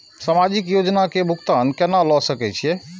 समाजिक योजना के भुगतान केना ल सके छिऐ?